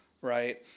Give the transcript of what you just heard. right